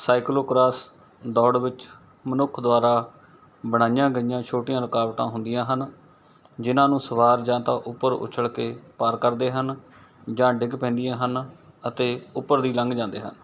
cyclocross ਦੌੜ ਵਿੱਚ ਮਨੁੱਖ ਦੁਆਰਾ ਬਣਾਈਆਂ ਗਈਆਂ ਛੋਟੀਆਂ ਰੁਕਾਵਟਾਂ ਹੁੰਦੀਆਂ ਹਨ ਜਿਨਾਂ ਨੂੰ ਸਵਾਰ ਜਾਂ ਤਾਂ ਉੱਪਰ ਉੱਛਲ ਕੇ ਪਾਰ ਕਰਦੇ ਹਨ ਜਾਂ ਡਿੱਗ ਪੈਂਦੀਆਂ ਹਨ ਅਤੇ ਉੱਪਰ ਦੀ ਲੰਘ ਜਾਂਦੇ ਹਨ